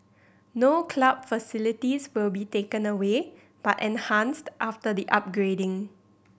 no club facilities will be taken away but enhanced after the upgrading